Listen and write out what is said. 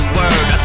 word